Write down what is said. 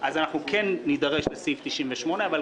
אנחנו כן נידרש לסעיף 98. אבל,